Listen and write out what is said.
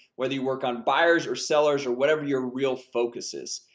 whether you work on buyers or sellers, or whatever your real focus is.